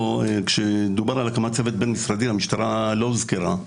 כשדובר על הקמת צוות בין-משרדי המשטרה לא הוזכרה.